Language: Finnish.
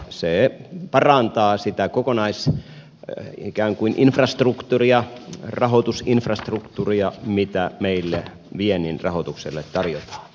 se parantaa sitä ikään kuin ko konaisinfrastruktuuria rahoitusinfrastruktuuria mitä viennin rahoitukselle tarjotaan